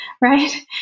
right